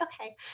okay